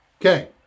Okay